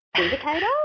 indicator